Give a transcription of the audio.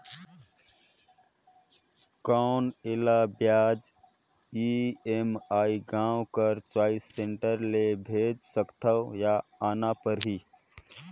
कौन एला ब्याज ई.एम.आई गांव कर चॉइस सेंटर ले भेज सकथव या आना परही?